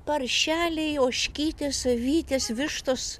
paršeliai ožkytės avytės vištos